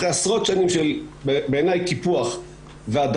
אחרי עשרות שנים של בעיניי קיפוח והדרה,